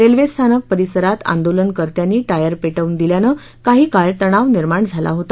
railway स्थानक परिसरात आंदोलनकर्त्यांनी टायर पेटवून दिल्यानं काही काळ तणाव निर्माण झाला होता